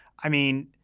i mean,